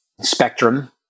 spectrum